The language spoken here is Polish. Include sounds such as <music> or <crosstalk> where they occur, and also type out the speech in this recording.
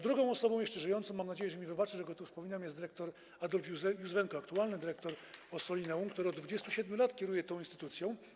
Drugą osobą, żyjącą - mam nadzieję, że mi wybaczy, że go tu wspominam - jest dyrektor Adolf Juzwenko, <applause> aktualny dyrektor Ossolineum, który od 27 lat kieruje tą instytucją.